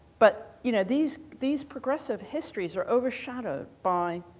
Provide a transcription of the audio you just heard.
but, you know, these these progressive histories are overshadowed by